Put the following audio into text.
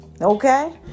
okay